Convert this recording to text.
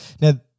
Now